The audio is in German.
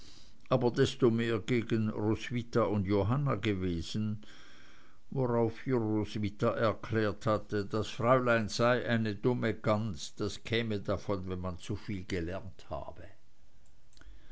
aber desto mehr gegen roswitha und johanna gewesen worauf roswitha erklärt hatte das fräulein sei eine dumme gans das käme davon wenn man zuviel gelernt habe